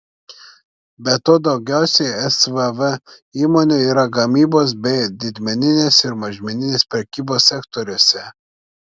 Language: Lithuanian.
be to daugiausiai svv įmonių yra gamybos bei didmeninės ir mažmeninės prekybos sektoriuose